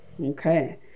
Okay